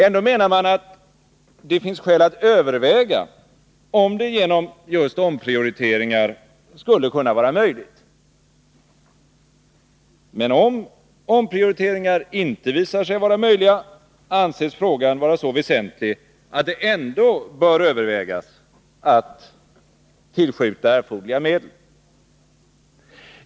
Ändå menar man att det finns skäl att överväga om det genom just omprioriteringar skulle kunna vara möjligt. Men om omprioriteringar inte visar sig vara möjliga, anses frågan vara så väsentlig att det ändå bör övervägas att tillskjuta erforderliga medel.